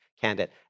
candidate